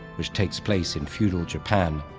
which takes place in feudal japan,